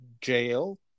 jail